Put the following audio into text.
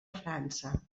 frança